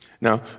Now